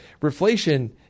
Reflation